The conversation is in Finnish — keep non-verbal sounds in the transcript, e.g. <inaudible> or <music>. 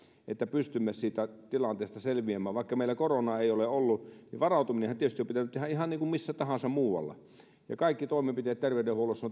että pystymme siitä tilanteesta selviämään vaikka meillä koronaa ei ole ollut niin varautuminenhan tietysti on pitänyt tehdä ihan niin kuin missä tahansa muualla ja kaikki toimenpiteet terveydenhuollossa <unintelligible>